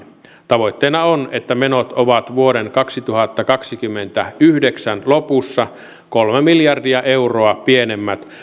tavoitteena on että menot ovat vuoden kaksituhattakaksikymmentäyhdeksän lopussa kolme miljardia euroa pienemmät